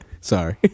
Sorry